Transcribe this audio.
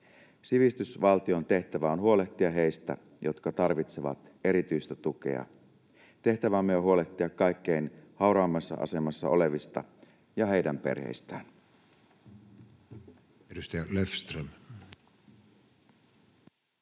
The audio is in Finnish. Sivistysvaltion tehtävä on huolehtia heistä, jotka tarvitsevat erityistä tukea. Tehtävämme on huolehtia kaikkein hauraimmassa asemassa olevista ja heidän perheistään.